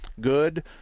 good